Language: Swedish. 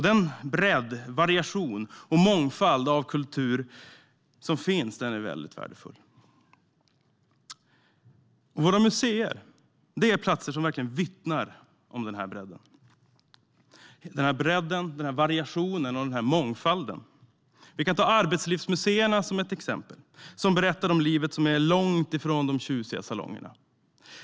Den bredd, variation och mångfald av kultur som finns är väldigt värdefull. Våra museer är platser som vittnar om denna bredd, variation och mångfald. Vi kan ta arbetslivsmuseerna som ett exempel. De berättar om livet långt ifrån de tjusiga salongerna.